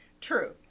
True